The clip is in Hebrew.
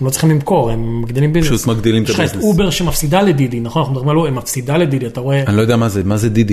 לא צריכים למכור הם מגדלים, בדיוק, שיש לך את אובר שמפסידה לדידי, נכון? אני לא יודע מה זה, מה זה דידי?